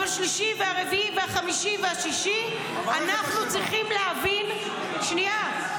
אבל בשלישי וברביעי ובחמישי ובשישי אנחנו צריכים להבין ----- שנייה.